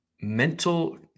mental